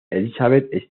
elizabeth